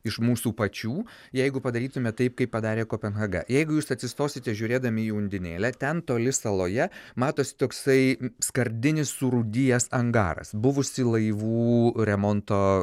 iš mūsų pačių jeigu padarytume taip kaip padarė kopenhaga jeigu jūs atsistosite žiūrėdami į undinėlę ten toli saloje matosi toksai skardinis surūdijęs angaras buvusi laivų remonto